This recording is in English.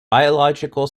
biological